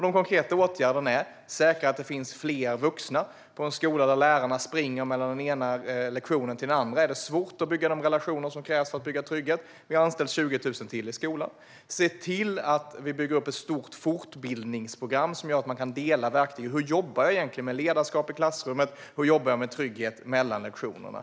De konkreta åtgärderna är att säkra att det finns fler vuxna på en skola där lärarna springer från den ena lektionen till den andra. Eftersom det är svårt att bygga de relationer som krävs för att skapa trygghet har ytterligare 20 000 anställts i skolan. Vi måste se till att bygga upp ett stort fortbildningsprogram i frågor som gäller hur man jobbar med ledarskap i klassrummet och trygghet mellan lektionerna.